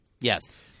Yes